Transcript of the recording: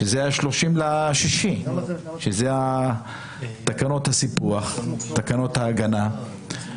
שזה ה-30 ביוני, שזה תקנות הסיפוח, תקנות ההגנה.